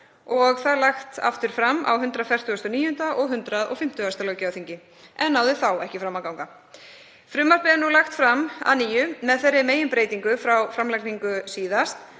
og það lagt aftur fram á 149. og 150. löggjafarþingi en náði þá heldur ekki fram að ganga. Frumvarpið er nú lagt fram að nýju með þeirri meginbreytingu frá framlagningu síðast